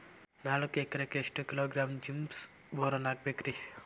ನಾಲ್ಕು ಎಕರೆಕ್ಕ ಎಷ್ಟು ಕಿಲೋಗ್ರಾಂ ಜಿಪ್ಸಮ್ ಬೋರಾನ್ ಹಾಕಬೇಕು ರಿ?